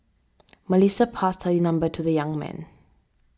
Melissa passed her number to the young man